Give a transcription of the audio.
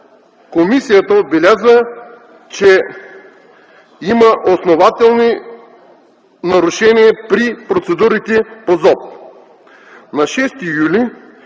Комисията отбелязва, че има основателни нарушения при процедурите по ЗОП.